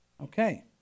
Okay